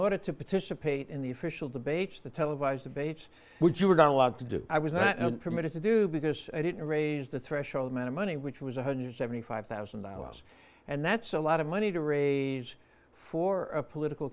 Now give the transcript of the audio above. order to participate in the official debates the televised debates which you were not allowed to do i was not permitted to do because i didn't raise the threshold amount of money which was a hundred seventy five thousand dollars and that's a lot of money to raise for a political